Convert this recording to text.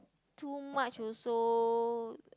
too much also